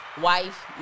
wife